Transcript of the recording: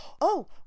Oh